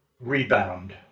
Rebound